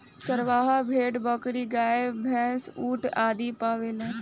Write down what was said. चरवाह भेड़, बकरी, गाय, भैन्स, ऊंट आदि पालेले